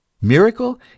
miracle